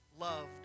loved